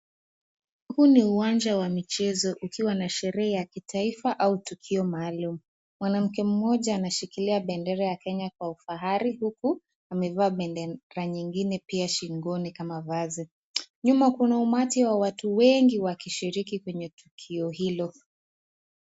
Huu ni uwanja wa michezo ukiwa na sherehe ya kitaifa au tukio maalum. Mwanamke mmoja anashikilia bendera ya Kenya kwa ufahari uku amevaa bendera nyingine pia shingoni kama vazi. Nyuma kuna umati wa watu wengi wakishiriki kwenye tukio hilo.